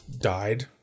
died